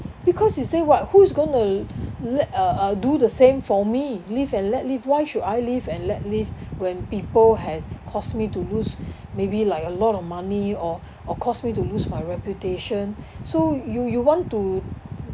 because you say what who's going to let uh uh do the same for me live and let live why should I live and let live when people has caused me to lose maybe like a lot of money or or caused me to lose my reputation so you you want to